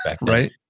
Right